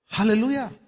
Hallelujah